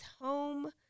home